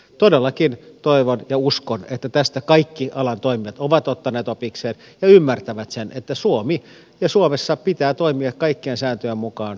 todellakin toivon ja uskon että tästä kaikki alan toimijat ovat ottaneet opikseen ja ymmärtävät sen että suomen ja suomessa pitää toimia kaikkien sääntöjen mukaan pilkulleen